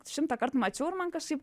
šimtąkart mačiau ir man kažkaip